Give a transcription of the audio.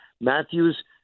Matthews